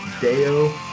Deo